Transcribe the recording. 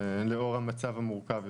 לאור המצב המורכב.